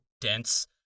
dense